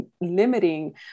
limiting